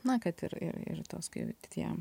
na kad ir ir ir tos kai tie